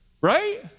Right